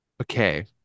okay